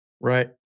right